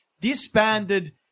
disbanded